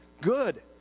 good